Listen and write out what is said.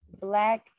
black